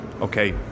okay